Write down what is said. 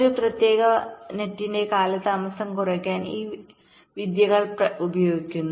ഒരു പ്രത്യേക വലയുടെ കാലതാമസം കുറയ്ക്കാൻ ഈ വിദ്യകൾ ഉപയോഗിക്കുന്നു